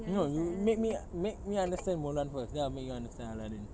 no you make me make me understand mulan first then I'll make you understand aladdin